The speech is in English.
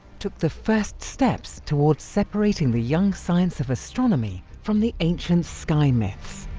took the first steps towards separating the young science of astronomy from the ancient sky myths.